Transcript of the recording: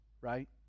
right